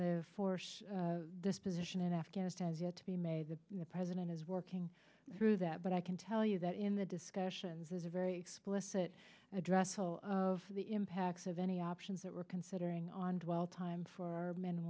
the disposition in afghanistan is yet to be made the president is working through that but i can tell you that in the discussions as a very explicit address all of the impacts of any options that we're considering on dwell time for our men and